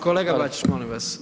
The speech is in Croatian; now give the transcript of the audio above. kolega Bačić, molim vas.